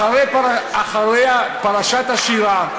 אחרי פרשת השירה,